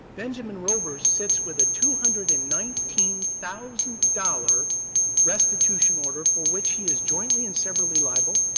benjamin robers sits with a two hundred and nineteen thousand dollars restitution order for which he is jointly and severally liable,